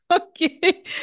okay